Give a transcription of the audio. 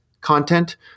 content